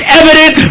evident